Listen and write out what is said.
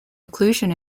occlusion